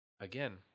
again